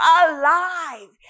alive